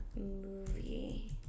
movie